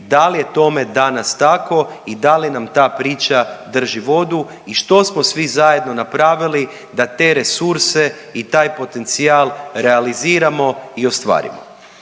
da li je tome danas tako i da li nam priča drži vodu i što smo svi zajedno napravili da te resurse i taj potencijal realiziramo i ostvarimo.